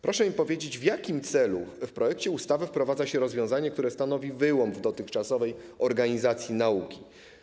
Proszę powiedzieć, w jakim celu w projekcie ustawy wprowadza się rozwiązanie, które stanowi wyłom w dotychczasowej organizacji nauki.